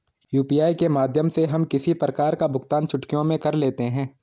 UPI के माध्यम से हम किसी प्रकार का भुगतान चुटकियों में कर लेते हैं